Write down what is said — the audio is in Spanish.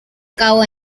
cabo